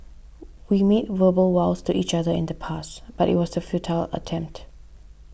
we made verbal vows to each other in the past but it was a futile attempt